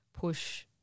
push